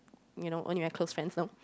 you know only my close friends know